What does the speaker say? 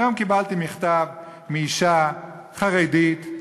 היום קיבלתי מכתב מאישה חרדית,